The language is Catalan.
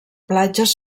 platges